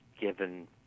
given